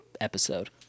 episode